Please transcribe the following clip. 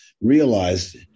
realized